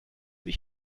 dies